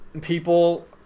people